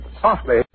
softly